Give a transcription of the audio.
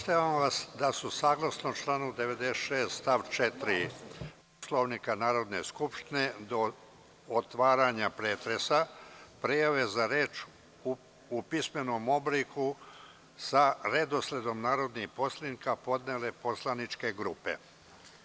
Obaveštavam vas da su, saglasno članu 96. stav 4. Poslovnika Narodne skupštine, do otvaranja pretresa prijave za reč u pisanom obliku sa redosledom narodnih poslanika podnele poslaničke grupe.